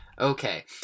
okay